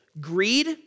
Greed